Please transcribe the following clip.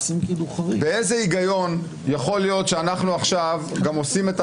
באיזה הגיון יכול להיות שאנחנו עכשיו גם עושים את